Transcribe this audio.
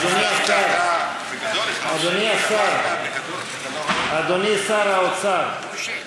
אדוני השר, אדוני שר האוצר,